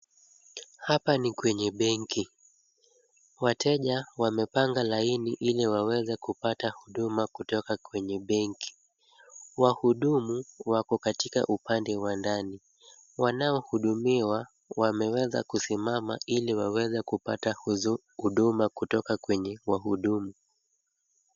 Hapa ni kwenye benki, wateja wamepanga laini ili waweze kupata huduma kutoka kwenye benki. Wahudumu wako katika upande wa ndani, wanaohudumiwa wameweza kusimama ili waweze kupata huduma kutoka kwenye wahudumu.